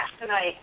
tonight